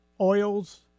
oils